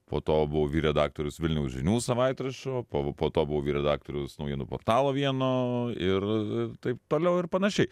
po to buvau vyr redaktorius vilniaus žinių savaitraščio pa po to buvau vyr redaktorius naujienų portalo vieno ir taip toliau ir panašiai